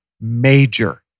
major